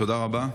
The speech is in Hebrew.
תודה רבה.